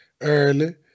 early